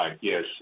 Yes